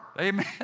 Amen